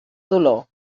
dolor